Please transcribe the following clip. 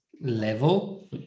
level